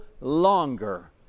longer